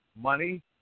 money